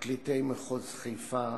פרקליטי מחוז חיפה,